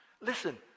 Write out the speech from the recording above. listen